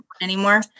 anymore